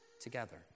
together